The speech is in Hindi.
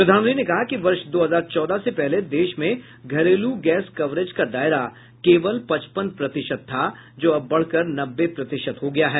प्रधानमंत्री ने कहा कि वर्ष दो हजार चौदह से पहले देश में घरेलू गैस कवरेज का दायरा केवल पचपन प्रतिशत था जो अब बढकर नब्बे प्रतिशत हो गया है